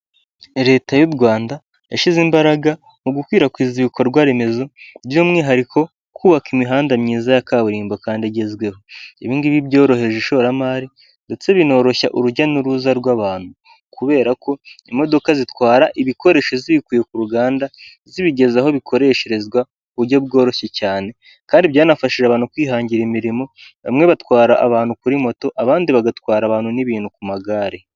Leta y'u Rwanda yashyize imbaraga mu gukwirakwiza ibikorwaremezo by'umwihariko kubaka imihanda myiza ya kaburimbo kandi igezweho, ibi ngibi byoroheje ishoramari ndetse binoroshya urujya n'uruza rw'abantu, kubera ko imodoka zitwara ibikoresho zibikuye ku ruganda zibigeza aho bikoresherezwa, mu buryo bworoshye cyane kandi byanafashije abantu kwihangira imirimo bamwe batwara abantu kuri moto, abandi bagatwara abantu n'ibintu ku magare.